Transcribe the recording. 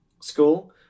School